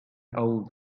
old